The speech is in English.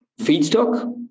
feedstock